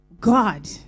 God